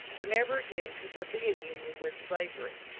for never again could there be a union with slavery.